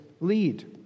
lead